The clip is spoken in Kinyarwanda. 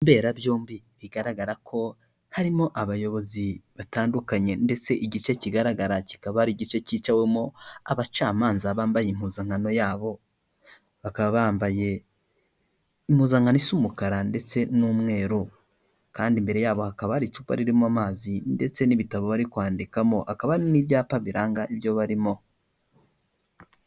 Mbera byombi bigaragara ko harimo abayobozi batandukanye ndetse igice kigaragara kikaba ari igice cyicawemo abacamanza bambaye impuzankano yabo, bakaba bambaye impuzankano z'umukara ndetse n'umweru kandi imbere yabo hakaba ari icupa ririmo amazi ndetse n'ibitabo bari kwandikamo hakaba n'ibyapa biranga ibyo barimo.